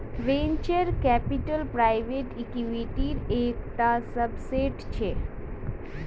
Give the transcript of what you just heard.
venture capital private इक्विटीर एक टा सबसेट छे